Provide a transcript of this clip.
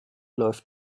läuft